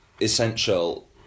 essential